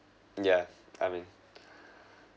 yeah I mean